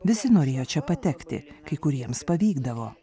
visi norėjo čia patekti kai kuriems pavykdavo